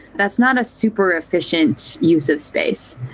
that's not a super efficient use of space.